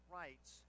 rights